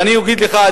ואני אגיד לך,